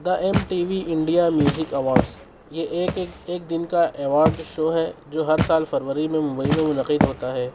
دا M T V India music awards یہ ایک ایک ایک دن کا ایوارڈ شو ہے جو ہر سال فروری میں ممبئی میں منعقد ہوتا ہے